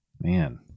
Man